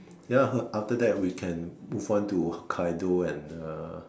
ya after that we can move on to Hokkaido and uh